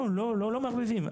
לא מערבבים.